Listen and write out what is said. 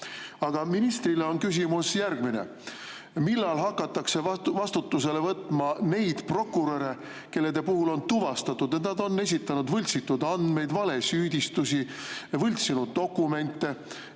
ministrile on küsimus järgmine. Millal hakatakse vastutusele võtma neid prokuröre, kelle puhul on tuvastatud, et nad on esitanud võltsitud andmeid, valesüüdistusi ja võltsinud dokumente?